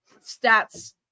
stats